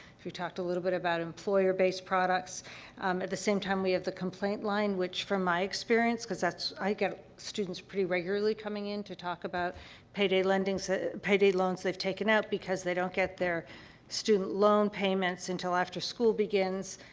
talked a little bit about employer-based products. um, at the same time, we have the complaint line, which, from my experience because that's i've got student, pretty regularly, coming in to talk about payday lendings that payday loans they've taken out because they don't get their student loan payments until after school begins,